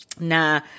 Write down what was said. Nah